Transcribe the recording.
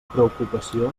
preocupació